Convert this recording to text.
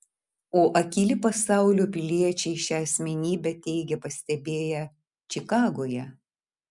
o akyli pasaulio piliečiai šią asmenybę teigia pastebėję čikagoje